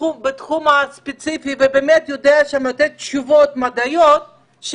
בתחום הספציפי ובאמת יודע לתת תשובות מדעיות,